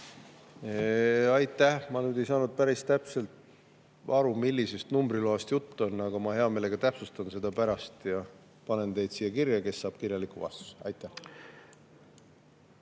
Aitäh! Ma ei saanud nüüd päris täpselt aru, millisest numbriloast jutt on, aga ma hea meelega täpsustan seda pärast ja panen teid siia kirja [nende hulka], kes saavad kirjaliku vastuse. Aitäh!